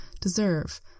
deserve